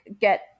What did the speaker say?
get